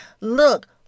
Look